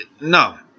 No